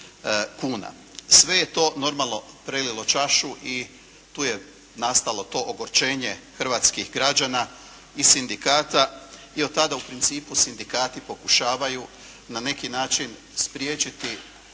Sve je to normalno prelilo čašu i tu je nastalo to ogorčenje hrvatskih građana i sindikata i od tad u principu sindikati pokušavaju na neki način spriječiti